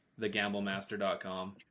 thegamblemaster.com